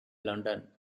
london